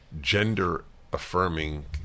gender-affirming